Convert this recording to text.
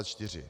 4.